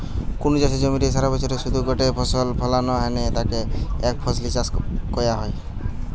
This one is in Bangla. কুনু চাষের জমিরে সারাবছরে শুধু গটে ফসল ফলানা হ্যানে তাকে একফসলি চাষ কয়া হয়